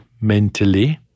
mentally